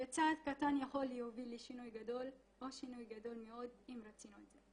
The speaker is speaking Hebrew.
וצעד קטן יכול להוביל לשינוי גדול או שינוי גדול מאוד אם רוצים את זה.